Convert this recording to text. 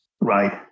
right